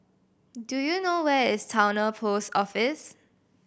do you know where is Towner Post Office